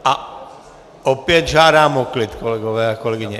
A opět žádám o klid, kolegové a kolegyně.